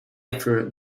after